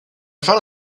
found